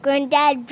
Granddad